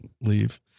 leave